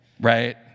Right